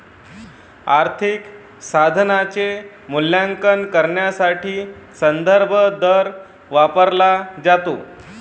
आर्थिक साधनाचे मूल्यांकन करण्यासाठी संदर्भ दर वापरला जातो